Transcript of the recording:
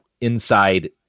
inside